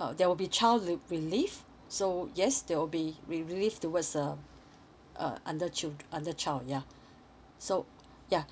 uh there will be child leave relief so yes there will be will relief towards a uh under child under child yeah so yeah